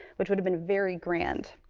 which would have been very grand.